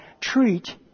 treat